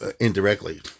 indirectly